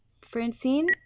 Francine